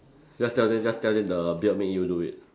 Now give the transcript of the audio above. just tell them just tell them the beard made you do it